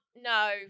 no